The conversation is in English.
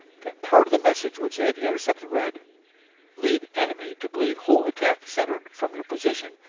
that part of the message which they had intercepted read lead enemy to believe whole attack centered from your position,